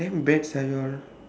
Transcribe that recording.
damn bad sia you all